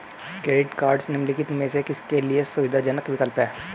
Credit cards निम्नलिखित में से किसके लिए सुविधाजनक विकल्प हैं?